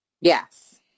Yes